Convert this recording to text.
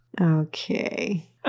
Okay